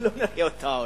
ולא נראה אותה עוד.